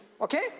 Okay